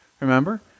remember